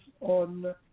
on